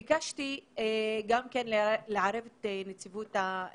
יש חשש כבר מאוד מהתפרצות של גל שני שעלול לתפוס אותנו לא מוכנים.